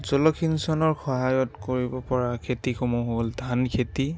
জলসিঞ্চনৰ সহায়ত কৰিব পৰা খেতি সমূহ হ'ল ধান খেতি